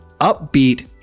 upbeat